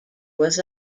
was